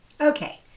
Okay